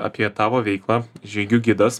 apie tavo veiklą žygių gidas